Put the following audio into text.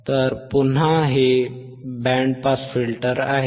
तर पुन्हा हे बँड पास फिल्टर आहे